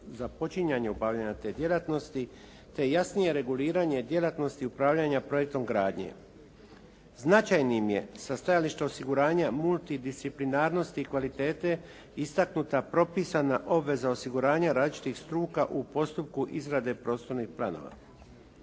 započinjanju obavljanja te djelatnosti, te jasnije reguliranje djelatnosti upravljanja projektom gradnje. Značajnim je sa stajališta osiguranja multidisciplinarnosti i kvalitete istaknuta propisana obveza osiguranja različitih struka u postupku izrade prostornih planova.